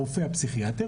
לרופא הפסיכיאטר.